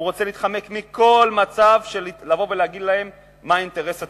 הוא רוצה להתחמק מכל מצב של לבוא ולהגיד להם מה אינטרס הציבור.